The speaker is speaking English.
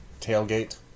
tailgate